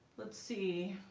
let's see